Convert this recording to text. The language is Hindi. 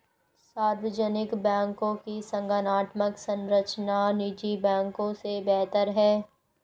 सार्वजनिक बैंकों की संगठनात्मक संरचना निजी बैंकों से बेहतर है